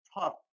tough